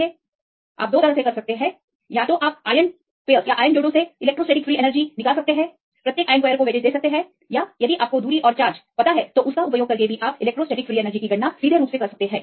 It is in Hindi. आयन जोड़े के साथ और प्रत्येक आयन जोड़ी को वेटेज दे सकते हैं अन्यथा आप दूरी और आवेश का उपयोग कर सकते हैं इलेक्ट्रोस्टैटिक मुक्त ऊर्जा की सीधे गणना करें